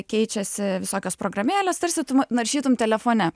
keičiasi visokios programėlės tarsi tu naršytum telefone